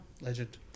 Legend